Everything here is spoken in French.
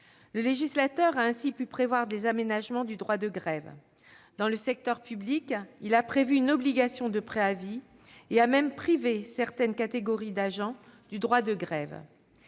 Le législateur a ainsi pu prévoir des aménagements du droit de grève. Dans le secteur public, il a prévu une obligation de préavis et a même privé certaines catégories d'agents du droit de grève.